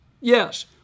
Yes